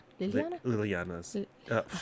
liliana's